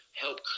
help